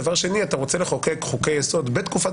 ושנית אתה רוצה לחוקק חוקי יסוד בתקופת